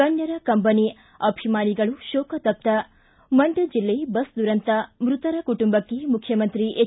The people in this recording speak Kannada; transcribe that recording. ಗಣ್ಣರ ಕಂಬನಿ ಅಭಿಮಾನಿಗಳು ಶೋಕತಪ್ತ ಮಂಡ್ಯ ಜಿಲ್ಲೆ ಬಸ್ ದುರಂತ ಮೃತರ ಕುಟುಂಬಕ್ಕೆ ಮುಖ್ಯಮಂತ್ರಿ ಎಚ್